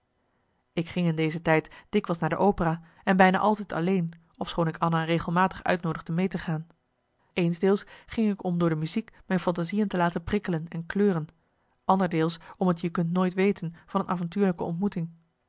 ik ging in deze tijd dikwijls naar de opera en bijna altijd alleen ofschoon ik anna regelmatig uitnoodigde mee te gaan eensdeels ging ik om door marcellus emants een nagelaten bekentenis de muziek mijn fantasieën te laten prikkelen en kleuren anderdeels om het je kunt nooit weten van een avontuurlijke ontmoeting